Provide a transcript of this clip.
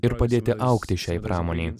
ir padėti augti šiai pramonei